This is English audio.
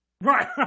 right